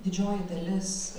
didžioji dalis